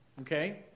okay